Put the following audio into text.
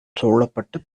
சூழப்பட்ட